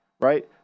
right